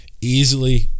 easily